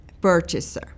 purchaser